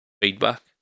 feedback